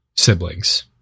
siblings